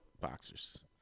boxers